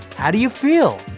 how do you feel?